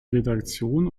redaktion